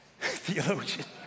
theologian